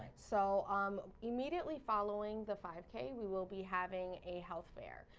so um immediately following the five k we will be having a health fair.